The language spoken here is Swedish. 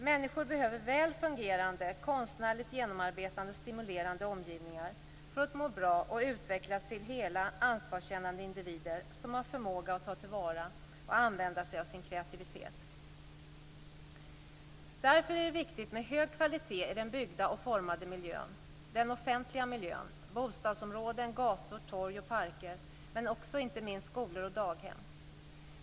Människor behöver väl fungerande, konstnärligt genomarbetade och stimulerande omgivningar för att må bra och utvecklas till hela ansvarskännande individer som har förmåga att ta till vara och använda sig av sin kreativitet. Därför är det viktigt med hög kvalitet i den byggda och formade miljön - den offentliga miljön - bostadsområden, gator, torg och parker men också och inte minst skolor och daghem.